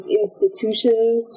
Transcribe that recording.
institutions